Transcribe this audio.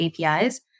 APIs